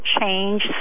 change